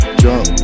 drunk